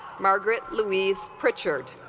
margaret louise pritchard